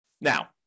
Now